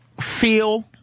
feel